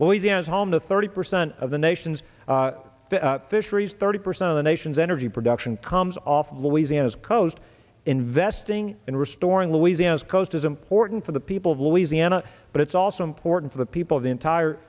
well he has home to thirty percent of the nation's fisheries thirty percent of the nation's energy production comes off louisiana's coast investing in restoring louisiana's coast is important for the people of louisiana but it's also important for the people of the entire